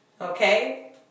Okay